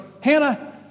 Hannah